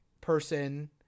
person